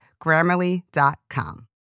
Grammarly.com